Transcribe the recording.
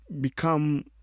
become